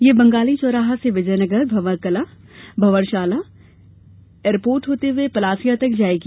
यह बंगाली चौराहा से विजयनगर भँवर शाला एयरपोर्ट होते हुए पलासिया तक जायेगी